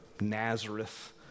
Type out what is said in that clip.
Nazareth